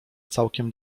całkiem